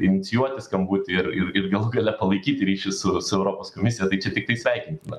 inicijuoti skambutį ir ir galų gale palaikyti ryšį su su europos komisija tai čia tiktai sveikintina